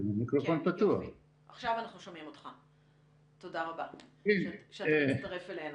תודה רבה שאתה מצטרף אלינו.